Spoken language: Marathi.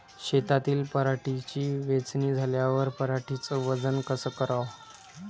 शेतातील पराटीची वेचनी झाल्यावर पराटीचं वजन कस कराव?